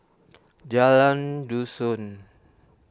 Jalan Dusun